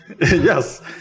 Yes